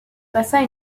passa